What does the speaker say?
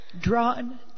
drawn